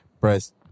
press